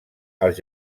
als